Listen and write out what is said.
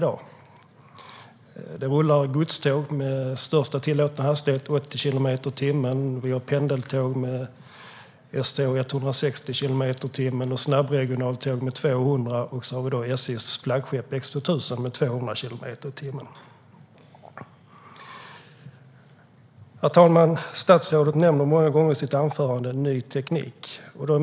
Det rullar godståg med en högsta tillåtna hastighet på 80 kilometer i timmen. Vad gäller pendeltåg och S-tåg tror jag att det är 60. Det finns snabbregionaltåg med 200, och så har vi SJ:s flaggskepp X 2000 med 200 kilometer i timmen. Herr talman! Statsrådet nämner många gånger i sitt anförande ny teknik.